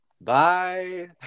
Bye